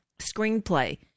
screenplay